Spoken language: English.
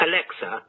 Alexa